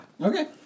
Okay